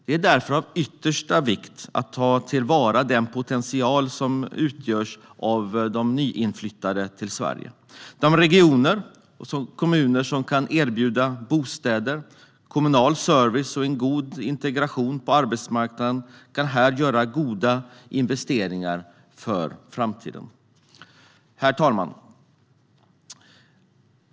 Det är därför av yttersta vikt att ta till vara den potential som utgörs av de nyinflyttade till Sverige. De regioner och kommuner som kan erbjuda bostäder, kommunal service och en god integration på arbetsmarknaden kan här göra goda investeringar för framtiden. Herr talman!